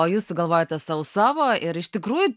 o jūs galvojate sau savo ir iš tikrųjų